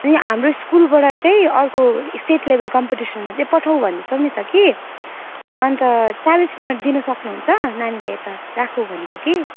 उयो हाम्रो स्कुलबाट चाहिँ अर्को स्टेट लेभल कम्पिटिसनमा चाहिँ पठाउ भन्दैछौँ नि त कि अन्त चालिस मिनट दिनु सक्नुहुन्छ नानीलाई यता राखुँ भनेको कि